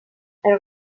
elle